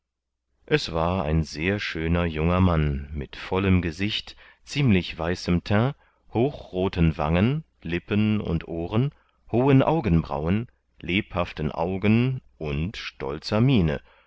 es war ein sehr schöner junger mann mit vollem gesicht ziemlich weißem teint hochrothen wangen lippen und ohren hohen augenbrauen lebhaften augen und stolzer miene